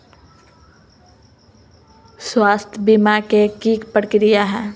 स्वास्थ बीमा के की प्रक्रिया है?